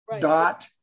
dot